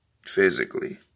Physically